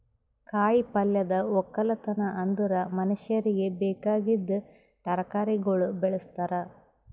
ಕಾಯಿ ಪಲ್ಯದ್ ಒಕ್ಕಲತನ ಅಂದುರ್ ಮನುಷ್ಯರಿಗಿ ಬೇಕಾಗಿದ್ ತರಕಾರಿಗೊಳ್ ಬೆಳುಸ್ತಾರ್